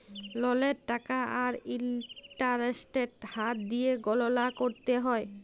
ললের টাকা আর ইলটারেস্টের হার দিঁয়ে গললা ক্যরতে হ্যয়